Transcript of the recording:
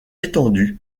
étendu